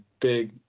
big